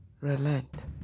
relent